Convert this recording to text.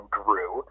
grew